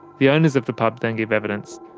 the owners of the pub then give evidence.